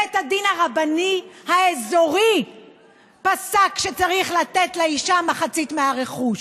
בית הדין הרבני האזורי פסק שצריך לתת לאישה מחצית מהרכוש,